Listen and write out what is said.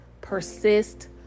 Persist